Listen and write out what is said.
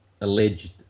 alleged